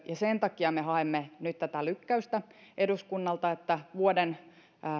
ja sen takia me haemme nyt tätä lykkäystä eduskunnalta että vuoden